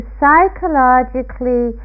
psychologically